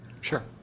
Sure